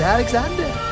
Alexander